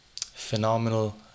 phenomenal